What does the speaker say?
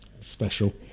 special